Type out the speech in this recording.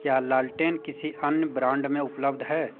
क्या लालटेन किसी अन्य ब्रांड में उपलब्ध लैंटर्न